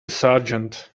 sergeant